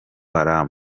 haramu